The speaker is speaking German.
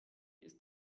ist